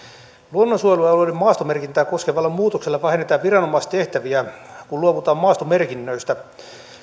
luonnonsuojelualueiden maastomerkintää koskevalla muutoksella vähennetään viranomaistehtäviä kun luovutaan maastomerkinnöistä